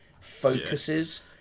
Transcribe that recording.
focuses